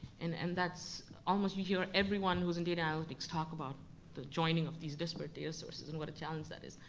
and and almost you hear everyone who's in data analytics talk about the joining of these disparate data sources and what a challenge that is.